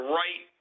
right